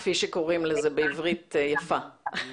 כפי שקוראים לזה בעברית יפה.